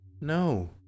No